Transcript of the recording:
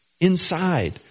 inside